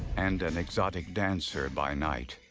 and an exotic dancer by night.